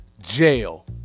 jail